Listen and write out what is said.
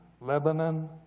Lebanon